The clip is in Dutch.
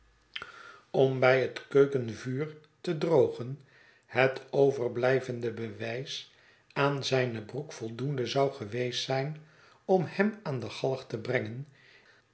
om bij het keukenvuur te drogen het overblijvendebewijs aan zijne broek voldoende zou geweest zijn om hem aan de galg te brengen